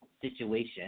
situation